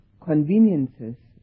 conveniences